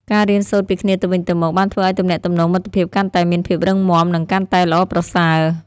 ការរៀនសូត្រពីគ្នាទៅវិញទៅមកបានធ្វើឱ្យទំនាក់ទំនងមិត្តភាពកាន់តែមានភាពរឹងមាំនិងកាន់តែល្អប្រសើរ។